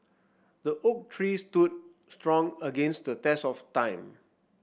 the oak tree stood strong against the test of time